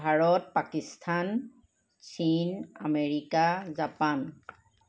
ভাৰত পাকিস্তান চীন America Japan